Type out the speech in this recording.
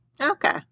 Okay